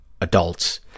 adults